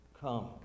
Come